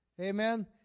Amen